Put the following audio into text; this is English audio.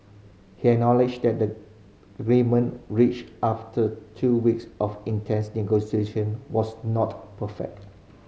he acknowledged that the agreement reached after two weeks of intense negotiation was not perfect